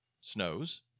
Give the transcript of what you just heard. snows